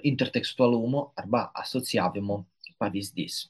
intertekstualumo arba asocijavimo pavyzdys